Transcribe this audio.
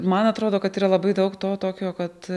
man atrodo kad yra labai daug to tokio kad